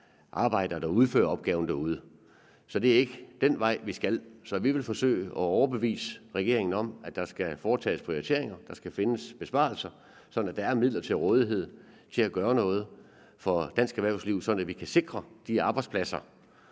til at udføre opgaven. Så det er ikke den vej, vi skal. Vi vil forsøge at overbevise regeringen om, at der skal foretages prioriteringer og findes besparelser, sådan at der er midler til rådighed til at gøre noget for dansk erhvervsliv, sådan at vi kan sikre de arbejdspladser,